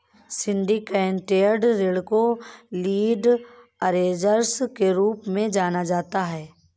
syndicated ऋण को lead arrangers के रूप में जाना जाता है